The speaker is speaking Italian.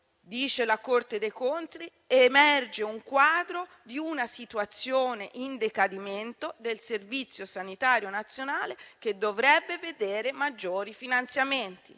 la Corte dei conti emerge un quadro di una situazione in decadimento del Servizio sanitario nazionale, che dovrebbe vedere maggiori finanziamenti.